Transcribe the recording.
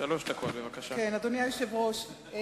אדוני היושב-ראש,